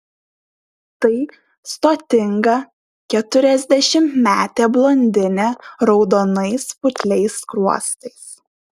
tai stotinga keturiasdešimtmetė blondinė raudonais putliais skruostais